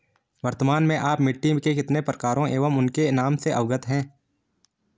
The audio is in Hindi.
वर्तमान में आप मिट्टी के कितने प्रकारों एवं उनके नाम से अवगत हैं?